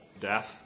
death